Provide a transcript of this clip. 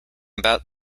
about